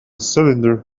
cylinder